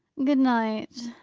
good night!